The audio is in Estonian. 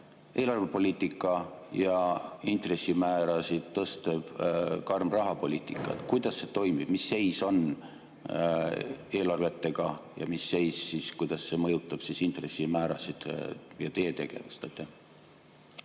eelarvepoliitika ja intressimäärasid tõstev karm rahapoliitika. Kuidas see toimib? Mis seis on eelarvetega ja kuidas see mõjutab intressimäärasid ja teie tegevust?